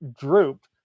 drooped